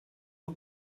nur